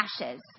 ashes